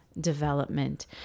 development